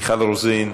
מיכל רוזין,